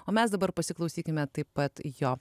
o mes dabar pasiklausykime taip pat jo